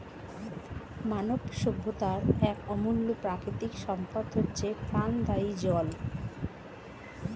মানব সভ্যতার এক অমূল্য প্রাকৃতিক সম্পদ হচ্ছে প্রাণদায়ী জল